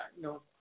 no